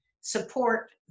support